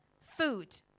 food